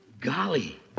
Golly